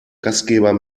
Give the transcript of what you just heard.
gastgeber